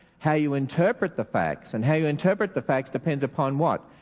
how you interpret the facts. and how you interpret the facts depends upon what?